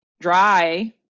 dry